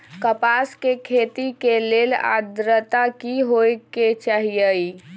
कपास के खेती के लेल अद्रता की होए के चहिऐई?